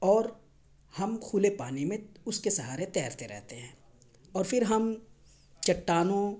اور ہم کھلے پانی میں اس کے سہارے تیرتے رہتے ہیں اور پھر ہم چٹانوں